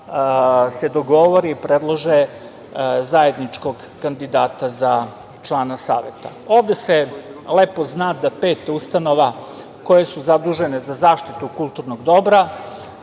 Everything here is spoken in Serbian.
se dogovore i predlože zajedničkog kandidata za člana Saveta. Ovde se lepo zna za pet ustanova koje su zadužene za zaštitu kulturnog dobra,